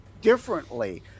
differently